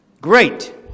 Great